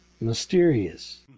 mysterious